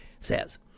says